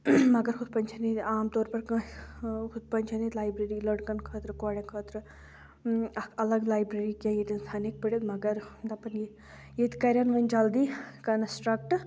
مگر ہُتھ پٲٹھۍ چھِنہٕ ییٚتہِ عام طور پَر کٲنٛسہِ ہُتھ پٲٹھۍ چھِنہٕ ییٚتہِ لیبرری لٔڑکَن خٲطرٕ کورٮ۪ن خٲطرٕ اَکھ الگ لایبرری کینٛہہ ییٚتٮ۪ن تھَنٕکۍ پرِتھ مگر دَپان یہِ ییٚتہِ کَرَن وۄنہِ جلدی کَنَسٹرٛکٹ